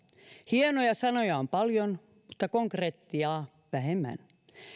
hienoja sanoja on paljon mutta konkretiaa vähemmän